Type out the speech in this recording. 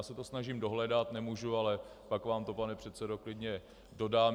Já se to snažím dohledat, nemůžu, ale pak vám to, pane předsedo, klidně dodám.